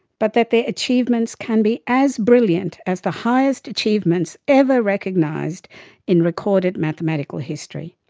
but that their achievements can be as brilliant as the highest achievements ever recognized in recorded mathematical history.